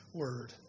word